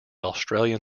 australian